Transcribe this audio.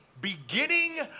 beginning